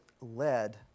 led